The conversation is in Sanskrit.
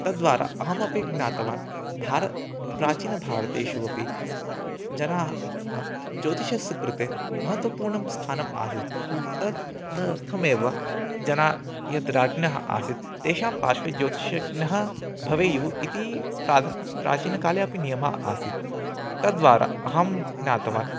तद्वारा अहमपि ज्ञातवान् भारते प्राचीनभारते अपि जनाः ज्योतिषस्य कृते महत्त्वपूर्णं स्थानम् आसीत् तद् द तदर्थमेव जनाः यद्राज्ञः आसीत् तेषां पार्श्वे ज्योतिषज्ञाः भवेयुः इति प्रात प्राचीनकाले अपि नियमः आसीत् तद्वारा अहं ज्ञातवान्